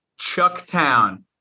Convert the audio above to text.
Chucktown